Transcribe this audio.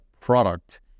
product